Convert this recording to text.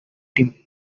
tim